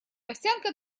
овсянка